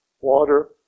water